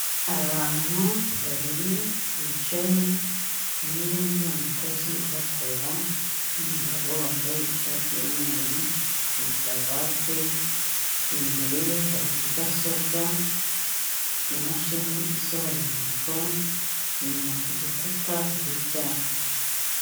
Abantu babiri bicaye umwe n'umukozi uhakorera, n'umugabo wambaye ishati y'umweru na karuvati, imbere ye hari mudasobwa, imashini isohora impapuro; inyuma ku gikuta hari icyapa.